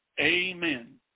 amen